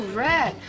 red